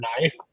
knife